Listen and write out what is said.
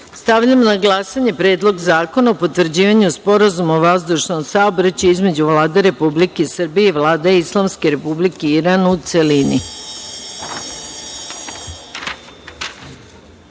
odluke. Stavljam na glasanje Predlog zakona o potvrđivanju Sporazuma o vazdušnom saobraćaju između Vlade Republike Srbije i Vlade Islamske Republike Iran, u